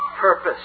purpose